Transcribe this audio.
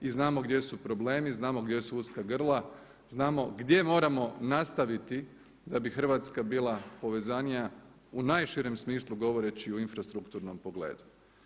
I znamo gdje su problemi, znamo gdje su uska grla, znamo gdje moramo nastaviti da bi Hrvatska bila povezanija u najširem smislu govoreći u infrastrukturnom pogledu.